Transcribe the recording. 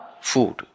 food